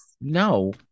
No